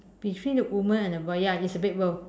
between the woman and boy ya it's a big roll